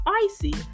spicy